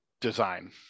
design